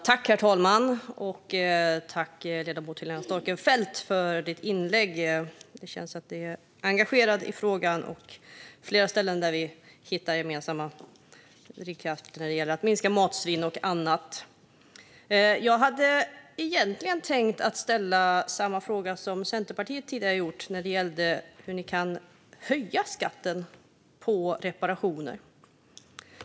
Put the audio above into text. Herr talman! Tack, ledamoten Helena Storckenfeldt, för ditt inlägg! Det känns att du är engagerad i frågan, och det finns flera ställen där vi hittar gemensamma drivkrafter när det gäller att minska matsvinn och annat. Jag hade egentligen tänkt ställa samma fråga som Centerpartiet tidigare ställde när det gäller hur ni kan höja skatten på reparationer.